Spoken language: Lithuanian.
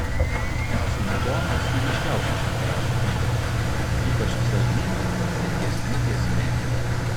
dažniausiai imituojamos meniškiausios šventojo rašto knygos ypač psalmynas ir giesmių giesmė